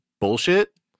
bullshit